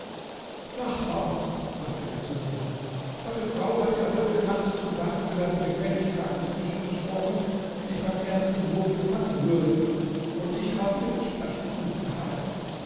nachbar sagte er zu mir meine frau hat dir heute nacht zum dank für deine gefälligkeit die fische versprochen die ich beim ersten wurfe fangen würde und ich habe ihr versprechen gutgeheißen